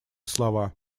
слова